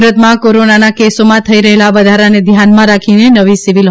સુરતમાં કોરોનાના કેસોમાં થઈ રહેલા વધારાને ધ્યાનમાં રાખીને નવી સિવિલ